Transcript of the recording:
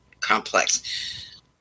complex